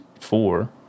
four